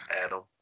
Adam